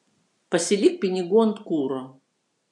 pasilik pinigų ant kuro